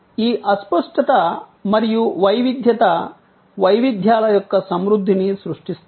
కాబట్టి ఈ అస్పష్టత మరియు వైవిధ్యత వైవిధ్యాల యొక్క సమృద్ధిని సృష్టిస్తాయి